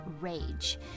rage